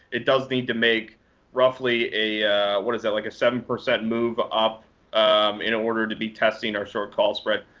it does need to make roughly a what is that, like a seven percent move up in order to be testing our short call spread.